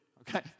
Okay